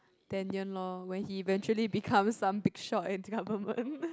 lor when he eventually become some big shot in government